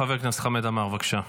חבר הכנסת חמד עמאר, בבקשה.